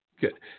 Good